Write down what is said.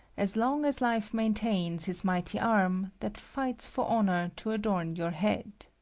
as long as life maintains his mighty arm that fights for honour to adorn your head.